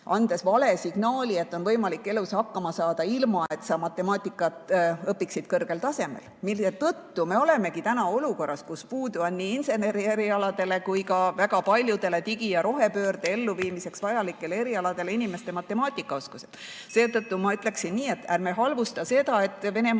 andes vale signaali, et on võimalik elus hakkama saada, ilma et sa õpiksid matemaatikat kõrgel tasemel. Selle tõttu me olemegi olukorras, kus nii insenerierialadel kui ka väga paljudel digipöörde ja rohepöörde elluviimiseks vajalikel erialadel on puudu inimeste matemaatikaoskusest. Seetõttu ma ütleksin nii, et ärme halvustame seda, et Venemaal